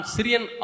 Syrian